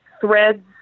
threads